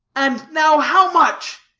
and now how much?